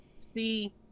see